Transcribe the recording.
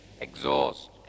exhaust